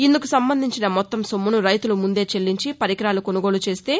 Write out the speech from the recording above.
ఇందుకు సంబంధించిన మొత్తం సొమ్ముసు రైతులు ముందే చెల్లించి పరికరాలు కొనుగోలు చేస్తే